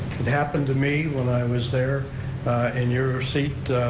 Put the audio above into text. it happened to me when i was there in your seat